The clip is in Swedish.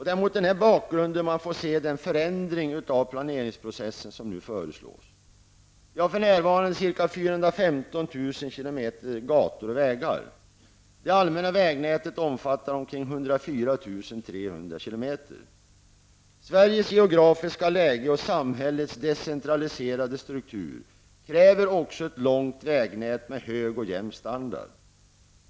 Det är mot den bakgrunden man skall se den förändring av planeringsprocessen som nu föreslås. För närvarande finns ca 415 000 km. gator och vägar. km. Sveriges geografiska läge och samhällets decentraliserade struktur kräver också ett långt vägnät med hög och jämn standard.